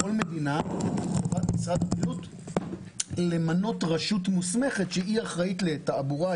בכל מדינה חייב משרד הבריאות למנות רשות מוסמכת שהיא אחראית לתעבורה,